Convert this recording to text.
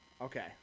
okay